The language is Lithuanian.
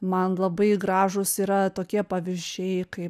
man labai gražūs yra tokie pavyzdžiai kaip